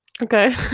Okay